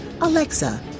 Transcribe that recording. Alexa